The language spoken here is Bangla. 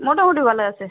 মোটামুটি ভালো আছে